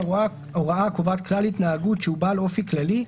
הוראה הקובעת כלל התנהגות שהוא בעל אופי כללי,